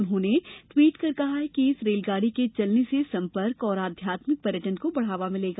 उन्होंन टवीट कर कहा है कि इस रेलगाड़ी के चलने से संपर्क और आध्यात्मिक पर्यटन को बढ़ावा मिलेगा